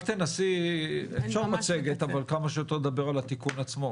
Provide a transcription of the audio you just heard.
רק תנסי כמה שיותר לדבר על התיקון עצמו,